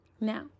Now